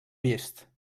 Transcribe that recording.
vist